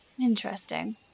Interesting